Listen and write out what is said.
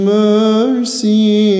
mercy